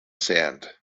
sand